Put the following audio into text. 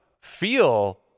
feel